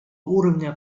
уровня